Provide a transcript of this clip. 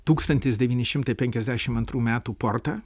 tūkstantis devyni šimtai penkiasdešim antrų metų portą